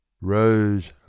rose